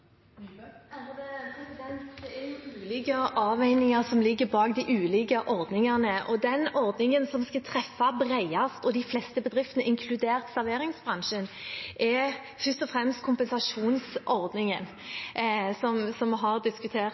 Det er ulike avveininger som ligger bak de ulike ordningene. Den ordningen som skulle treffe bredest, de fleste bedriftene, inkludert serveringsbransjen, er først og fremst kompensasjonsordningen, som vi har diskutert